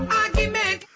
argument